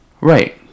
Right